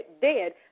dead